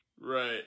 Right